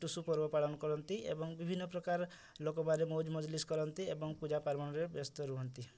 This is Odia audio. ଟୁସୁ ପର୍ବ ପାଳନ କରନ୍ତି ଏବଂ ବିଭିନ୍ନ ପ୍ରକାର ଲୋକମାନେ ମୌଜ ମଜଲିସ୍ କରନ୍ତି ଏବଂ ପୂଜା ପାର୍ବଣରେ ବ୍ୟସ୍ତ ରୁହନ୍ତି